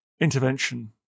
intervention